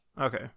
Okay